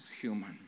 human